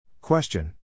Question